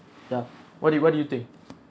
ya what do you what do you think